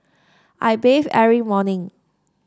I bathe every morning